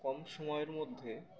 কম সময়ের মধ্যে